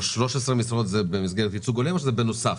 13 משרות זה במסגרת ייצוג הולם או בנוסף?